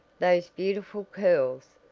those beautiful curls!